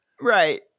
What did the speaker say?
Right